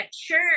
sure